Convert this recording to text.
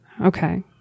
Okay